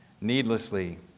needlessly